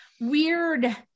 weird